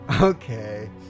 okay